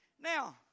now